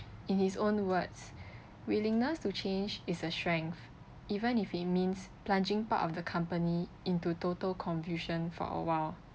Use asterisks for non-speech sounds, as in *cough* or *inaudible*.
in his own words *breath* willingness to change is a strength even if it means plunging part of the company into total confusion for a while